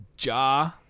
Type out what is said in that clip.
Ja